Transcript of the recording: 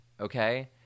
Okay